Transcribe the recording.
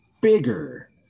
bigger